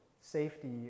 safety